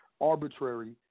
arbitrary